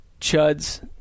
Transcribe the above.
Chud's